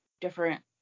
different